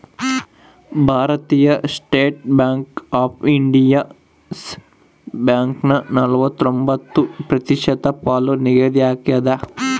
ಭಾರತೀಯ state bank of India Yes ಬ್ಯಾಂಕನ ನಲವತ್ರೊಂಬತ್ತು ಪ್ರತಿಶತ ಪಾಲು ನಿಗದಿಯಾಗ್ಯದ